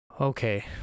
Okay